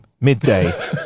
midday